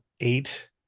eight